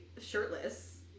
shirtless